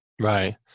Right